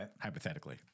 Hypothetically